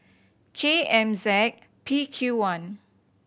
K M Z P Q one